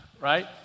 Right